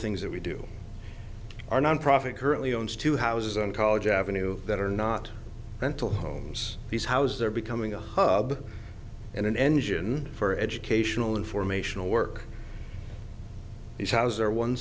things that we do our nonprofit currently owns two houses on college avenue that are not mental homes these houses are becoming a hub and an engine for educational informational work is houser one